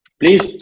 please